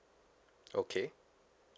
okay